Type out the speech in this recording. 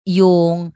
yung